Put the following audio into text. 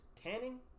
tanning